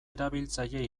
erabiltzaile